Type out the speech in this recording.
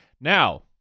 Now